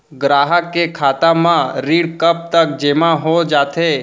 ग्राहक के खाता म ऋण कब तक जेमा हो जाथे?